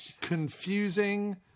confusing